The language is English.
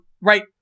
right